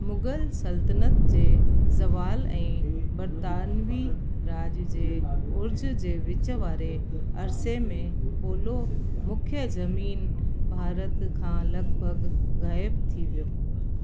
मुगल सल्तनत जे ज़वाल ऐं बरतानिवी राज जे ऊरुज जे विच वारे अरिसे में पोलो मुख्य ज़मीन भारत खां लॻभॻि ग़ाइब थी वियो